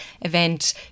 event